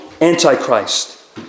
Antichrist